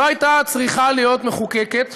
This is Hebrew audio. לא הייתה צריכה להיות מחוקקת.